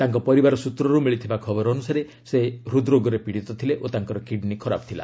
ତାଙ୍କ ପରିବାରସ୍ତ୍ରରୁ ମିଳିଥିବା ଖବର ଅନୁସାରେ ସେ ହୃଦ୍ରୋଗରେ ପୀଡିତ ଥିଲେ ଓ ତାଙ୍କର କିଡ୍ନୀ ଖରାପ ଥିଲା